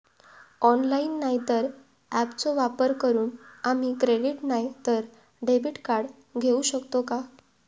Online नाय तर ऍपचो वापर करून आम्ही क्रेडिट नाय तर डेबिट कार्ड घेऊ शकतो का?